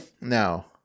No